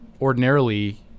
ordinarily